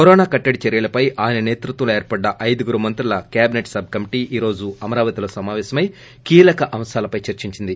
corona కట్టడి చర్యలపై ఆయన సేతృత్వంలో ఏర్పడిన ఐదుగురు మంత్రుల కేబినెట్ సబ్ కమిటీ ఈ రోజు అమరావతిలో సమాపేశమయ్య కీలక అంశాలపై చర్చించింది